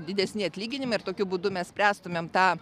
didesni atlyginimai ir tokiu būdu mes spręstumėm tą